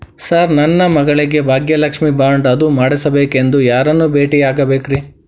Sir ನನ್ನ ಮಗಳಿಗೆ Bhagyalakshmi bond ಅದು ಮಾಡಿಸಬೇಕೆಂದು ಯಾರನ್ನ ಭೇಟಿಯಾಗಬೇಕ್ರಿ?